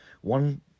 one